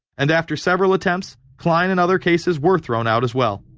and after several attempts klein and other cases were thrown out as well,